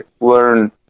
learn